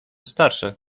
starsze